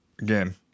Again